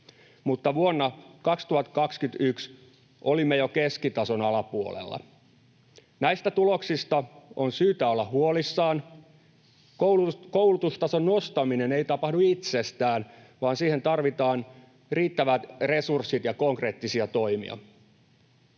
mutta vuonna 2021 olimme jo keskitason alapuolella. Näistä tuloksista on syytä olla huolissaan. Koulutustason nostaminen ei tapahdu itsestään, vaan siihen tarvitaan riittävät resurssit ja konkreettisia toimia.